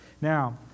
Now